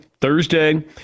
Thursday